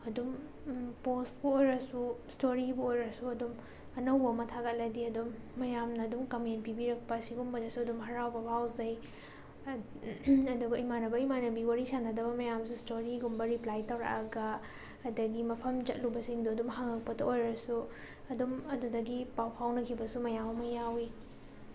ꯑꯗꯨꯝ ꯄꯣꯁꯄꯨ ꯑꯣꯏꯔꯁꯨ ꯏꯁꯇꯣꯔꯤꯕꯨ ꯑꯣꯏꯔꯁꯨ ꯑꯗꯨꯝ ꯑꯅꯧꯕ ꯑꯃ ꯊꯥꯒꯠꯂꯗꯤ ꯑꯗꯨꯝ ꯃꯌꯥꯝꯅ ꯑꯗꯨꯝ ꯀꯃꯦꯟ ꯄꯤꯕꯤꯔꯛꯄ ꯁꯤꯒꯨꯝꯕꯗꯁꯨ ꯑꯗꯨꯝ ꯍꯔꯥꯎꯕ ꯐꯥꯎꯖꯩ ꯑꯗꯨꯒ ꯏꯃꯥꯟꯅꯕ ꯏꯃꯥꯟꯅꯕꯤ ꯋꯥꯔꯤ ꯁꯥꯅꯗꯕ ꯃꯌꯥꯝꯁꯨ ꯏꯁꯇꯣꯔꯤꯒꯨꯝꯕ ꯔꯤꯄ꯭ꯂꯥꯏ ꯇꯧꯔꯛꯑꯒ ꯑꯗꯒꯤ ꯃꯐꯝ ꯆꯠꯂꯨꯕꯁꯤꯡꯗꯣ ꯑꯗꯨꯝ ꯍꯪꯉꯛꯄꯗ ꯑꯣꯏꯔꯁꯨ ꯑꯗꯨꯝ ꯑꯗꯨꯗꯒꯤ ꯄꯥꯎ ꯐꯥꯎꯅꯈꯤꯕꯁꯨ ꯃꯌꯥꯝ ꯑꯃ ꯌꯥꯎꯏ